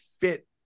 fit